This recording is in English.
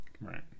right